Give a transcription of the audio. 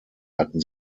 hatten